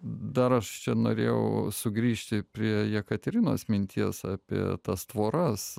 dar aš čia norėjau sugrįžti prie jekaterinos minties apie tas tvoras